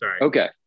Okay